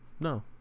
no